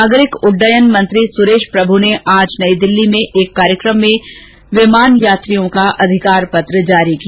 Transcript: नागरिक उड्डयन मंत्री सुरेश प्रभु ने आज नई दिल्ली में एक कार्यक्रम में विमान यात्रियों का अधिकार पत्र जारी किया